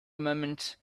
moment